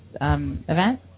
event